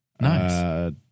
Nice